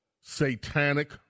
satanic